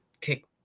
kick